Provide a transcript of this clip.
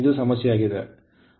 ಇದು ಸಮಸ್ಯೆಯಾಗಿದೆ